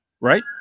right